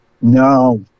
No